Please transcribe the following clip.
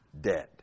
dead